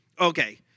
Okay